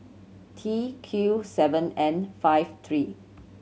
T Q seven N five three